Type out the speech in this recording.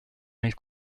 nel